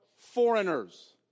Foreigners